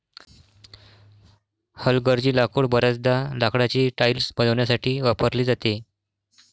हलगर्जी लाकूड बर्याचदा लाकडाची टाइल्स बनवण्यासाठी वापरली जाते